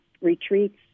retreats